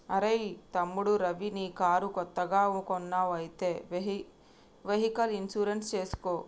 అరెయ్ తమ్ముడు రవి నీ కారు కొత్తగా కొన్నావ్ అయితే వెహికల్ ఇన్సూరెన్స్ చేసుకో